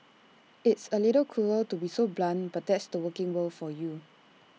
it's A little cruel to be so blunt but that's the working world for you